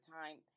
time